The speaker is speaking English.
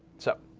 so